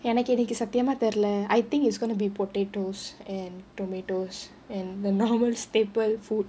எனக்கு இன்னைக்கி சத்தியமா தெரில:enakku innaikki sathiyamaa therila I think it's gonna be potatoes and tomatoes and the normal staple food